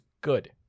good